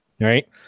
right